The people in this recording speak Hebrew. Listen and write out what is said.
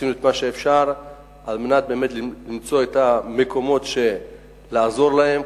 עשינו את מה שאפשר על מנת באמת למצוא את המקומות לעזור להם,